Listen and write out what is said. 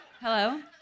Hello